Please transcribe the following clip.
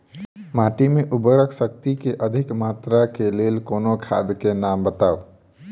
माटि मे उर्वरक शक्ति केँ अधिक मात्रा केँ लेल कोनो खाद केँ नाम बताऊ?